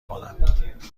کنم